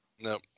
No